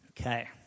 Okay